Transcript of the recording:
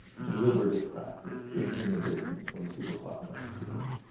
deliberative practice in in the business when people talk about skills.